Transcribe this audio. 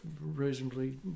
reasonably